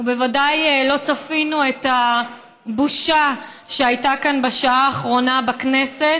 ובוודאי שלא צפינו את הבושה שהייתה כאן בשעה האחרונה בכנסת,